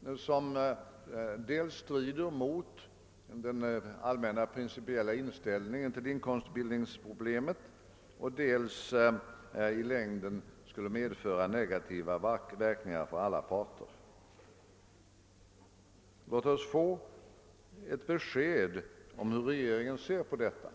därför att den dels strider mot dess principiella inställning till inkomstbildningsproblemet, dels i längden skulle medföra negativa verkningar för alla parter? Låt oss få ett besked om hur regeringen ser på detta.